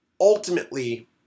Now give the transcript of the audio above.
Ultimately